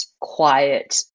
quiet